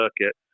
circuit